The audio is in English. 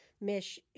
mesh